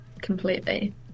completely